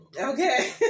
okay